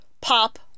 pop